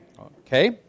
Okay